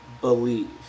believe